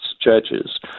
churches